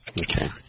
Okay